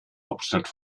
hauptstadt